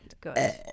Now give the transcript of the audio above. good